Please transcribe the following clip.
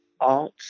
art